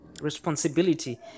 Responsibility